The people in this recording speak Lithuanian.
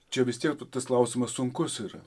čia vis tiek tas klausimas sunkus yra